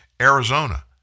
Arizona